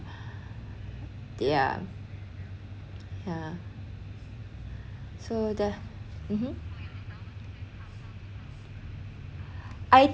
ya ya so the mmhmm